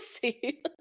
see